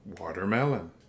watermelon